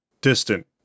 distant